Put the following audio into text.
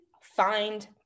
find